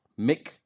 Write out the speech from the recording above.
Mick